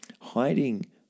hiding